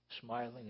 smiling